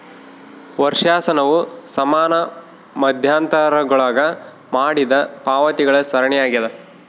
ವರ್ಷಾಶನವು ಸಮಾನ ಮಧ್ಯಂತರಗುಳಾಗ ಮಾಡಿದ ಪಾವತಿಗಳ ಸರಣಿಯಾಗ್ಯದ